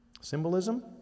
Symbolism